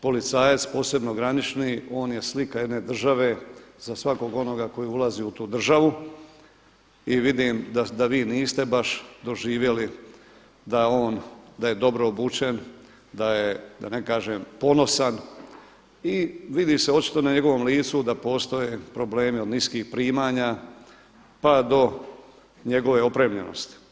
Policajac posebno granični on je slika jedne države za svakog onoga koji ulazi u tu državu i vidim da vi niste baš doživjeli da on, da je dobro obučen, da je da ne kažem ponosan i vidi se očito na njegovom licu da postoje problemi od niskih primanja pa do njegove opremljenosti.